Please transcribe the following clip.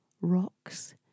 rocks